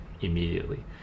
immediately